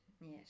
Yes